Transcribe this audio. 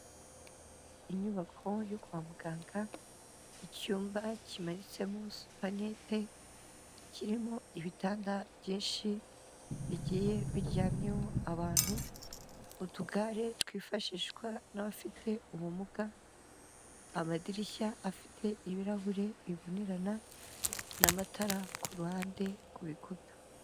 Inyubako yo kwa muganga icyumba kimanitsemo supanete, kirimo ibitanda byinshi bigiye biryamyeho abantu, utugare twifashishwa n'abafite ubumuga, amadirishya afite ibirahure bibonerana n'amatara ku ruhande ku bikuta.